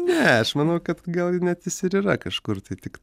ne aš manau kad gal net jis ir yra kažkur tai tik